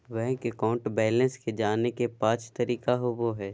bank account balance के जाने के पांच तरीका होबो हइ